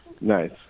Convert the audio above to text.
Nice